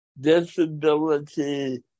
disability